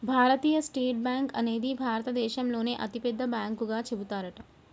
భారతీయ State Bank అనేది భారత దేశంలోనే అతి పెద్ద బ్యాంకు గా చెబుతారట